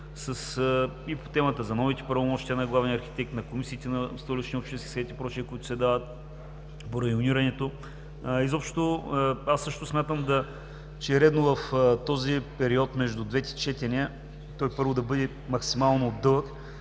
и по темата за новите правомощия на главния архитект, на комисиите на Столичния общински съвет, които се дават по районирането. Смятам също, че е редно този период между двете четения, първо, да бъде максимално дълъг,